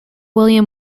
william